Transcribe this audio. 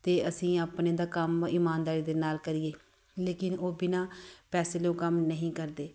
ਅਤੇ ਅਸੀਂ ਆਪਣੇ ਦਾ ਕੰਮ ਇਮਾਨਦਾਰੀ ਦੇ ਨਾਲ ਕਰੀਏ ਲੇਕਿਨ ਉਹ ਬਿਨਾਂ ਪੈਸੇ ਲਏ ਉਹ ਕੰਮ ਨਹੀਂ ਕਰਦੇ